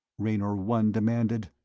raynor one demanded,